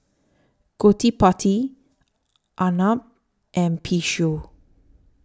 Gottipati Arnab and Peyush